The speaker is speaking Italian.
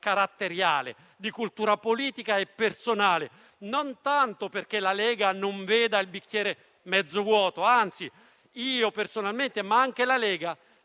caratteriale, di cultura politica e personale e non tanto perché la Lega non veda il bicchiere mezzo vuoto. Anzi, io personalmente, ma anche la Lega